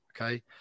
okay